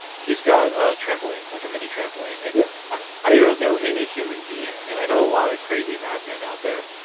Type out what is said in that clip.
he's got a trampoline, like a mini trampoline. and yeah i i don't know any human being, and i know a lot of crazy mad men out there,